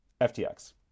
FTX